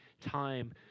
time